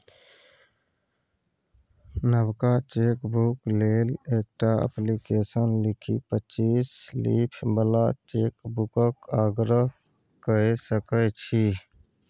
नबका चेकबुक लेल एकटा अप्लीकेशन लिखि पच्चीस लीफ बला चेकबुकक आग्रह कए सकै छी